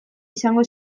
izango